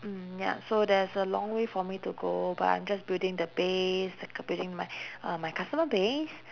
mm ya so there's a long way for me to go but I'm just building the base c~ building my uh my customer base